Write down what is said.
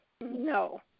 No